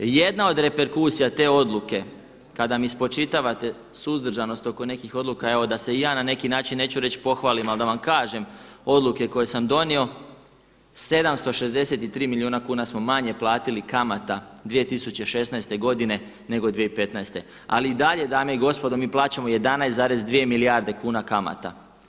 Jedna od reperkusija te odluke kada mi spočitavate suzdržanost oko nekih odluka evo da se i ja na neki način neću reći pohvalim, ali da vam kažem odluke koje sam donio 763 milijuna kuna smo manje platili kamata 2016. godine nego 2015. ali i dalje dame i gospodo mi plaćamo 11,2 milijarde kuna kamata.